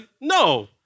no